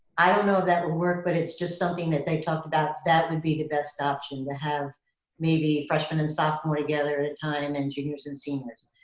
i don't know that would work, but it's just something that they talked about that would be the best option, to have maybe freshman and sophomore together at a time and juniors and seniors.